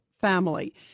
family